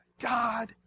God